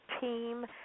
team